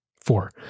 four